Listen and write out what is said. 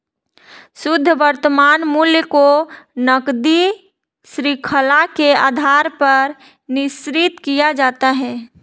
शुद्ध वर्तमान मूल्य को नकदी शृंखला के आधार पर निश्चित किया जाता है